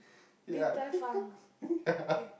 ya